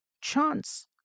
chance